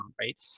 right